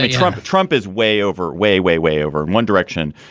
ah trump trump is way over way, way, way over one direction.